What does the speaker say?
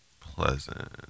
Pleasant